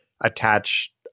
attach